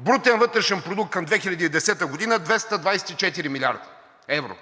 брутен вътрешен продукт към 2010 г. – 224 млрд. евро,